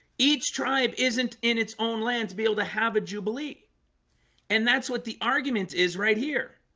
each tribe isn't in its own land to be able to have a jubilee and that's what the argument is right here